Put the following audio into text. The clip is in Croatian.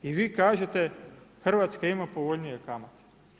I vi kažete Hrvatska ima povoljnije kamate.